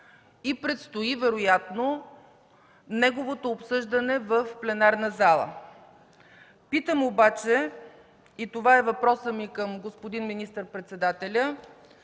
и предстои вероятно неговото обсъждане в пленарната зала. Питам обаче, и това е въпросът ми към господин министър-председателя: